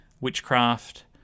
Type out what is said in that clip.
witchcraft